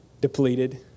depleted